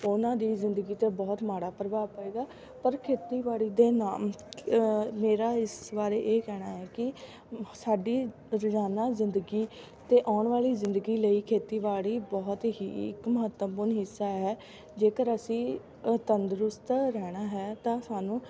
ਉਹਨਾਂ ਦੀ ਜ਼ਿੰਦਗੀ 'ਤੇ ਬਹੁਤ ਮਾੜਾ ਪ੍ਰਭਾਵ ਪਵੇਗਾ ਪਰ ਖੇਤੀਬਾੜੀ ਦੇ ਨਾਲ ਮੇਰਾ ਇਸ ਬਾਰੇ ਇਹ ਕਹਿਣਾ ਹੈ ਕਿ ਸਾਡੀ ਰੋਜ਼ਾਨਾ ਜ਼ਿੰਦਗੀ ਅਤੇ ਆਉਣ ਵਾਲੀ ਜ਼ਿੰਦਗੀ ਲਈ ਖੇਤੀਬਾੜੀ ਬਹੁਤ ਹੀ ਇੱਕ ਮਹੱਤਵਪੂਰਨ ਹਿੱਸਾ ਹੈ ਜੇਕਰ ਅਸੀਂ ਅ ਤੰਦਰੁਸਤ ਰਹਿਣਾ ਹੈ ਤਾਂ ਸਾਨੂੰ